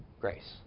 grace